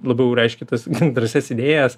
labiau reiški tas drąsias idėjas